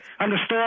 Understood